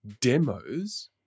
demos